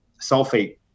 sulfate